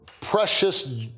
precious